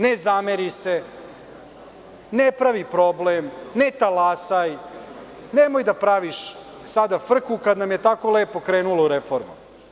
Ne zameri se, ne pravi problem, ne talasaj, nemoj da praviš sada frku kad nam je tako lepo krenulo u reformama.